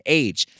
age